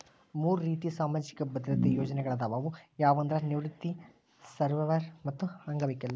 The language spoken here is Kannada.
ಮೂರ್ ರೇತಿ ಸಾಮಾಜಿಕ ಭದ್ರತೆ ಪ್ರಯೋಜನಗಳಾದವ ಅವು ಯಾವಂದ್ರ ನಿವೃತ್ತಿ ಸರ್ವ್ಯವರ್ ಮತ್ತ ಅಂಗವೈಕಲ್ಯ